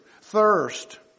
thirst